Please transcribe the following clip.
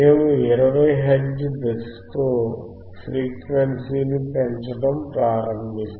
మేము 20 హెర్ట్జ్ దశతో ఫ్రీక్వెన్సీని పెంచడం ప్రారంభిస్తాము